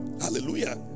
hallelujah